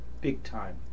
big-time